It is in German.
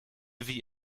wie